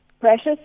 precious